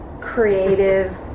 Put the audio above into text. creative